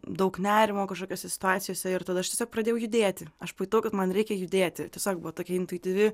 daug nerimo kažkokiose situacijose ir tada aš tiesiog pradėjau judėti aš pajutau kad man reikia judėti tiesiog buvo tokia intuityvi